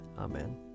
Amen